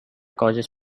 causes